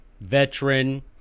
veteran